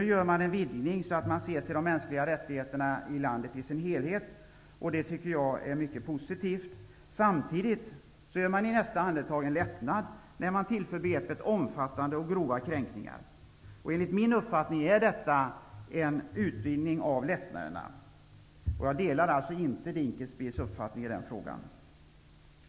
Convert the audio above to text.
Nu gör man en vidgning så att man ser till de mänskliga rättigheterna i landet i dess helhet. Det tycker jag är mycket positivt. Samtidigt åstadkommer man i nästa andetag en lättnad, när man tillför begreppet ''omfattande och grova kränkningar''. Enligt min uppfattning är detta en utvidgning av lättnaderna. Jag delar alltså inte Ulf Dinkelspiels uppfattning i den frågan.